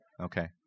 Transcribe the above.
Okay